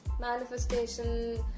manifestation